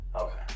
Okay